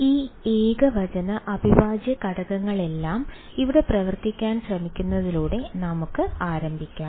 ഈ ഏകവചന അവിഭാജ്യ ഘടകങ്ങളെല്ലാം ഇവിടെ പ്രവർത്തിക്കാൻ ശ്രമിക്കുന്നതിലൂടെ നമുക്ക് ആരംഭിക്കാം